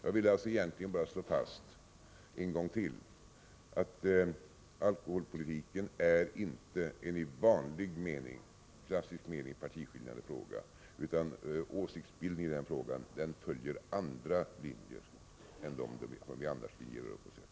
Jag vill egentligen bara slå fast ytterligare en gång att alkoholpolitiken inte är en i vanlig mening partiskiljande fråga, utan åsiktsbildningen följer här andra linjer än dem som i andra frågor skiljer oss åt.